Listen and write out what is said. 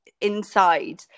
inside